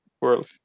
world